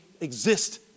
exist